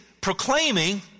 proclaiming